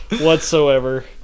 whatsoever